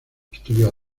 estudió